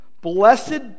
Blessed